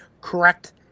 correct